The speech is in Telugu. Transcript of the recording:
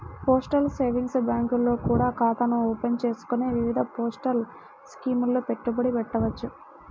పోస్టల్ సేవింగ్స్ బ్యాంకుల్లో కూడా ఖాతాను ఓపెన్ చేసుకొని వివిధ పోస్టల్ స్కీముల్లో పెట్టుబడి పెట్టవచ్చు